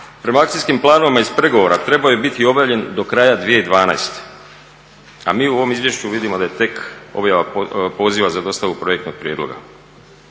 prema akcijskom planom iz pregovora trebao je biti obavljen do kraja 2012., a mi u ovom izvješću vidimo da je tek objava poziva za dostavu projektnog prijedloga.